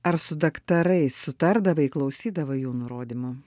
ar su daktarais sutardavai klausydavai jų nurodymų